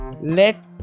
let